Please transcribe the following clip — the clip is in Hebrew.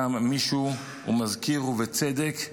קם מישהו ומזכיר, בצדק: